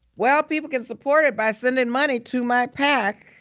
well, people can support it by sending money to my pac.